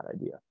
idea